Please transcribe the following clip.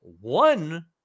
one